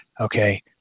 okay